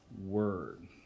word